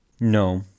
No